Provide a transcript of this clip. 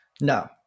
No